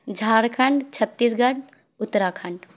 Jharkhand Chhattisgarh Uttarakhand